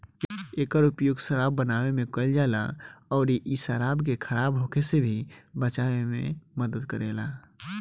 एकर उपयोग शराब बनावे में कईल जाला अउरी इ शराब के खराब होखे से भी बचावे में मदद करेला